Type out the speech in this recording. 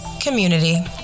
community